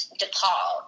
depaul